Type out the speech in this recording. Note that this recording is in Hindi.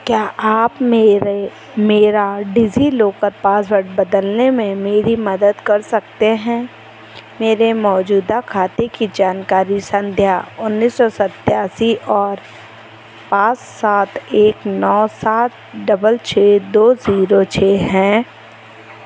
क्या आप मेरे मेरा डिजिलॉकर पासवर्ड बदलने में मेरी मदद कर सकते हैं मेरे मौजूदा खाते की जानकारी संध्या उन्नीस सौ सत्तासी और पाँच सात एक नौ सात डबल छः दो ज़ीरो छः है